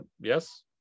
Yes